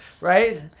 right